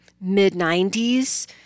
mid-90s